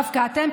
דווקא אתם,